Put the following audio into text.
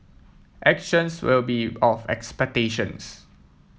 actions will be of expectations